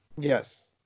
Yes